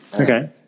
Okay